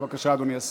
בבקשה, אדוני השר.